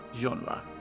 genre